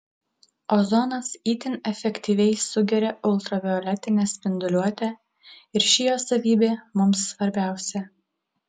ozonas itin efektyviai sugeria ultravioletinę spinduliuotę ir ši jo savybė mums svarbiausia